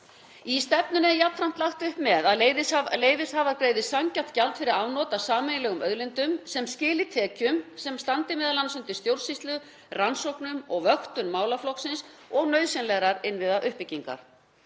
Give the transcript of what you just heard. Í stefnunni er jafnframt lagt upp með að leyfishafar greiði sanngjarnt gjald fyrir afnot af sameiginlegum auðlindum sem skili tekjum sem m.a. standi undir stjórnsýslu, rannsóknum og vöktun málaflokksins og nauðsynlegri innviðauppbyggingu.